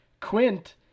quint